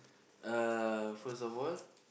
uh first of all